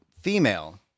female